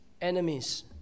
enemies